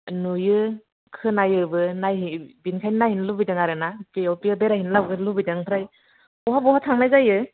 नुयो खोनायोबो दायो बेनिखायनो नायनो लुबैदों आरोना बेयाव बेरायनो लांनो लुबैदों अमफ्राय बहा बहा थांनाय जायो